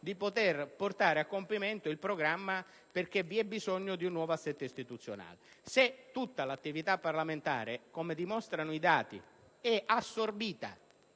di portare a compimento il programma, perché vi è bisogno di un nuovo assetto istituzionale. Se tutta l'attività parlamentare, come dimostrano i dati, è assorbita